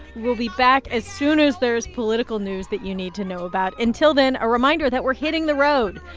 we'll be back as soon as there is political news that you need to know about. until then, a reminder that we're hitting the road.